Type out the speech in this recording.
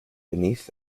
beneath